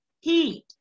heat